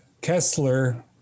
Kessler